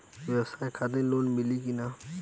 ब्यवसाय खातिर लोन मिली कि ना?